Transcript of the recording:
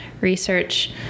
research